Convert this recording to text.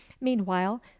meanwhile